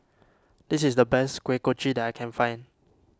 this is the best Kuih Kochi that I can find